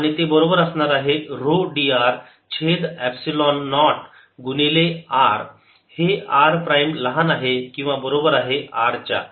आणि ते बरोबर असणार आहे ऱ्हो dr छेद एपसिलोन नॉट गुणिले r हे r प्राईम लहान आहे किंवा बरोबर आहे r च्या